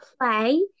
play